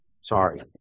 Sorry